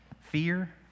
fear